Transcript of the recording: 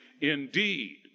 indeed